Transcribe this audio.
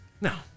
No